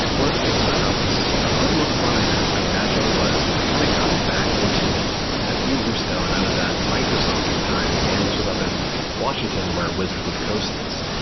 one of the things that i thought was probably the most fun i had playing magic was when i kind of got back into it a few years ago, and i was at microsoft at the time. and this was up in washington where wizards of the coast is.